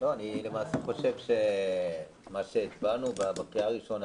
אני למעשה חושב שמה שהצבענו בעדו בקריאה הראשונה